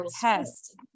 test